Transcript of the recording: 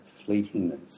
fleetingness